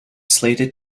slated